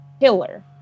killer